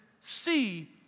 see